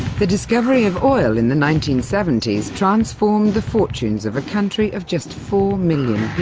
the discovery of oil in the nineteen seventy s transformed the fortunes of a country of just four million